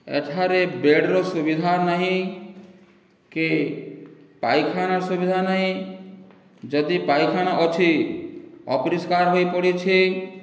ଏଠାରେ ବେଡ଼୍ର ସୁବିଧା ନାହିଁ କି ପାଇଖାନାର ସୁବିଧା ନାହିଁ ଯଦି ପାଇଖାନା ଅଛି ଅପରିଷ୍କାର ହୋଇ ପଡ଼ିଛି